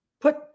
put